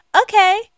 okay